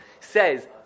says